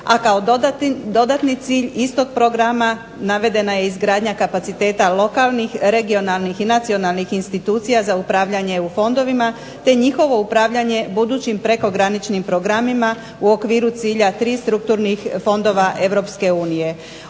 A kao dodatni cilj istog programa navedena je izgradnja kapaciteta lokalnih, regionalnih i nacionalnih institucija za upravljanje EU fondovima te njihovo upravljanje budućim prekograničnim programima u okviru cilja 3 strukturnih fondova EU.